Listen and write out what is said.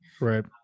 right